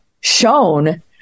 shown